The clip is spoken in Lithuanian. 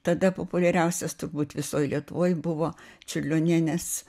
tada populiariausias turbūt visoj lietuvoj buvo čiurlionienės